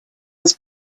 was